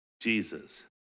Jesus